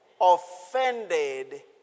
offended